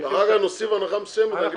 אחר כך נוסיף הנחה מסוימת.